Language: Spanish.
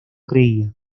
creía